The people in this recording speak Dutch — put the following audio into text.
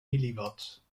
milliwatt